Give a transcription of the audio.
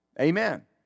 Amen